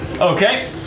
Okay